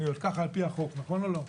כך על פי החוק, נכון או לא?